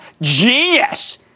genius